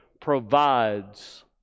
provides